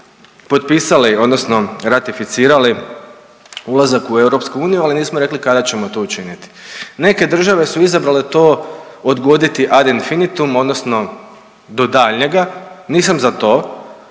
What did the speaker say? potpisali odnosno ratificirali ulazak u EU ali nismo rekli kada ćemo to učiniti. Neke države su izabrale odgoditi to ad infinutum odnosno do daljnjega, nisam za to,